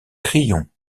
crillon